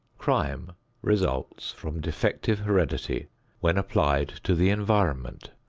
crime results from defective heredity when applied to the environment.